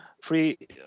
free